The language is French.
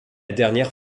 dernière